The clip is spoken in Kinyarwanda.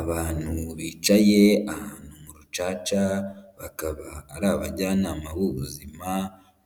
Abantu bicaye ahantu mu rucaca, bakaba ari abajyanama b'ubuzima